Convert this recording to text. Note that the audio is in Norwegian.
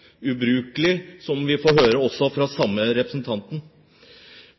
får vi høre fra den samme representanten.